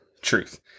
Truth